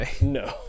no